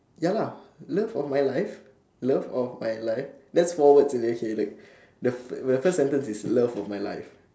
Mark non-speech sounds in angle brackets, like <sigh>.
ya lah love of my life love of my life that's four words okay look <breath> the f~ the first sentence is love of my life